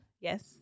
Yes